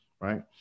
right